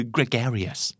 Gregarious